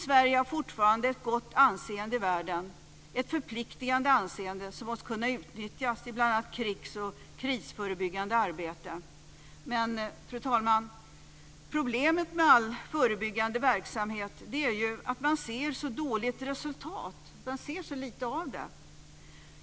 Sverige har fortfarande ett gott anseende i världen, ett förpliktigande anseende som måste kunna utnyttjas i bl.a. krigs och krisförebyggande arbete. Men, fru talman, problemet med all förebyggande verksamhet är att man så dåligt ser resultat av den. Man ser så lite av den.